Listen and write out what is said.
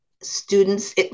Students